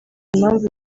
impamvu